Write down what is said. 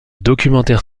documentaire